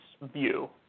view